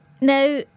now